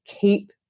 keep